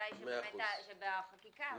וכדאי שבאמת כך תהיה החקיקה.